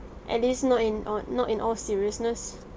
and it's not in uh not in all seriousness